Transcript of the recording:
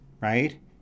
right